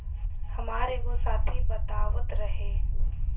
हामार एगो साथी बतावत रहे